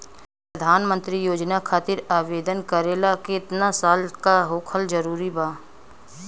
प्रधानमंत्री योजना खातिर आवेदन करे ला केतना साल क होखल जरूरी बा?